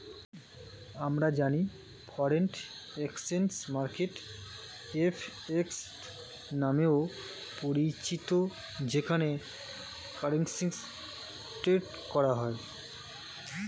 আমরা জানি foreign exchange market FX নামেও পরিচিত যেখানে কারেন্সি ট্রেড করা হয়